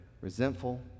resentful